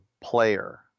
player